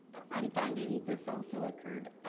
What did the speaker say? i'm finding this also occurred